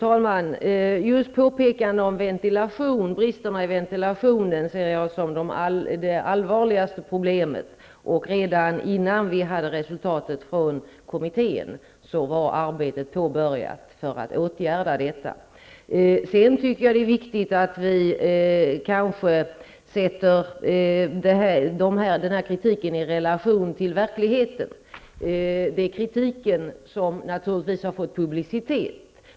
Fru talman! Jag ser just ventilationen som det allvarligaste problemet. Redan innan vi hade resultatet från kommittén var arbetet påbörjat med att åtgärda detta. Det är viktigt att vi sätter kritiken i relation till verkligheten. Kritiken har naturligtvis fått publicitet.